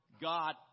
God